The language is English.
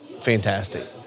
fantastic